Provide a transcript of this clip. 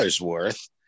worth